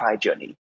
journey